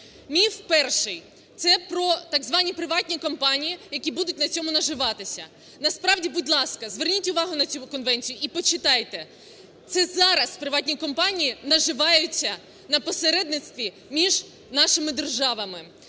Міф перший – це про так звані приватні компанії, які будуть на цьому наживатися. Насправді, будь ласка, зверніть увагу на цю конвенцію і почитайте. Це зараз приватні компанії наживаються на посередництві між нашими державами.